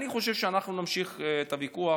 אני חושב שאנחנו נמשיך את הוויכוח.